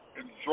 Enjoy